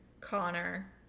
Connor